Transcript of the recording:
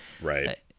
Right